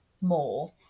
more